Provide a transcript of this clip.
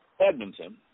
Edmonton